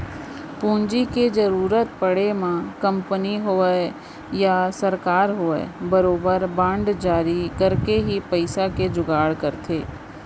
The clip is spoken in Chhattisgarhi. पूंजी के जरुरत पड़े म कंपनी होवय या सरकार होवय बरोबर बांड जारी करके ही पइसा के जुगाड़ करथे